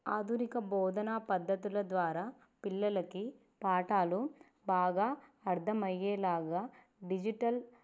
ఆధునిక బోధనా పద్ధతుల ద్వారా పిల్లలకి పాఠాలు బాగా అర్థమయ్యేలాగా డిజిటల్